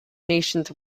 nations